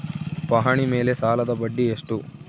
ಪಹಣಿ ಮೇಲೆ ಸಾಲದ ಬಡ್ಡಿ ಎಷ್ಟು?